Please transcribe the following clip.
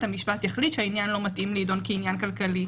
המשפט יחליט שהעניין לא מתאים להידון כעניין כלכלי,